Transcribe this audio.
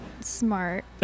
smart